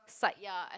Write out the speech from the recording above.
as psych ya